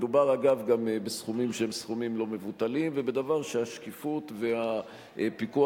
מדובר גם בסכומים שהם סכומים לא מבוטלים ובדבר שהשקיפות והפיקוח